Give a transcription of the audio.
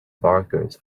bakers